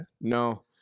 No